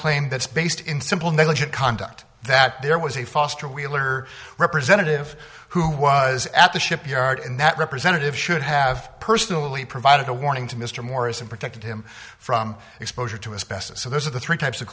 claim that's based in simple negligent conduct that there was a foster wheeler representative who was at the shipyard and that representative should have personally provided a warning to mr morris and protected him from exposure to asbestos so there are three types of